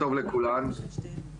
שמי